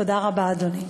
תודה רבה, אדוני.